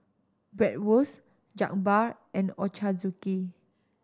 Bratwurst Jokbal and Ochazuke